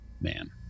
man